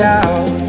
out